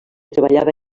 treballava